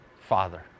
Father